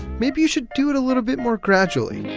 maybe you should do it a little bit more gradually